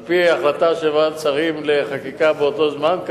על-פי החלטה של ועדת שרים לחקיקה באותו זמן.